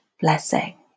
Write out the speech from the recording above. blessing